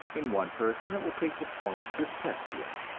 in one person it will take the form of dyspepsia,